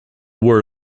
word